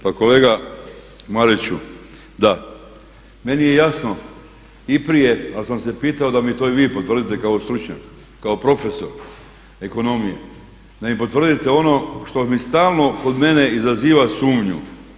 Pa kolega Mariću, da, meni je jasno i prije ali sam pitao da mi to i vi potvrdite kao stručnjak, kao profesor ekonomije, da mi potvrdite ono što mi stalno kod mene izaziva sumnju.